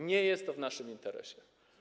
Nie jest to w naszym interesie.